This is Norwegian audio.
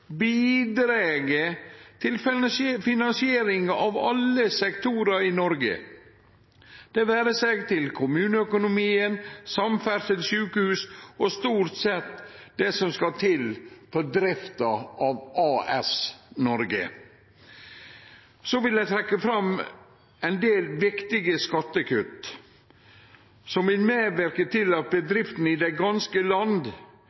bidreg til finansieringa av alle sektorar i Noreg, det vere seg kommuneøkonomien, samferdsel, sjukehus og stort sett det som skal til for å drifte AS Noreg. Eg vil trekkje fram ein del viktige skattekutt som vil verke for bedriftene i det ganske land.